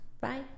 Bye